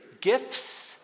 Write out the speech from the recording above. gifts